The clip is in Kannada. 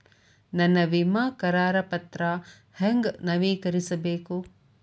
ನನ್ನ ವಿಮಾ ಕರಾರ ಪತ್ರಾ ಹೆಂಗ್ ನವೇಕರಿಸಬೇಕು?